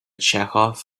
chekhov